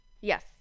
Yes